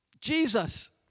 Jesus